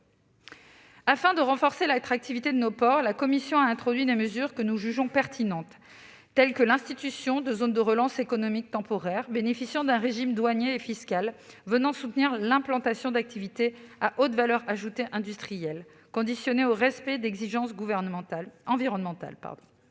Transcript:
Afin de renforcer l'attractivité de nos ports, la commission a introduit des mesures que nous jugeons pertinentes, telles que l'institution de zones de relance économique temporaires bénéficiant d'un régime douanier et fiscal venant soutenir l'implantation d'activités à haute valeur ajoutée industrielle, conditionné au respect d'exigences environnementales.